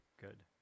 good